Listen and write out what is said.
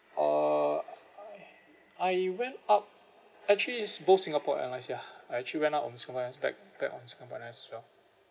uh I went up actually it's both singapore airlines ya I actually went up on back back on Singapore Airlines as well